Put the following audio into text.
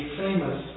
famous